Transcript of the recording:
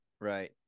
right